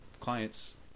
clients